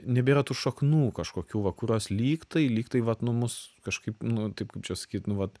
nebėra tų šaknų kažkokių va kurios lyg tai lyg tai vat nu mus kažkaip nu taip kaip čia sakyt nu vat